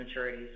maturities